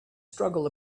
struggle